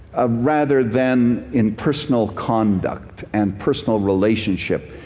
ah rather than in personal conduct and personal relationship,